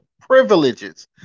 privileges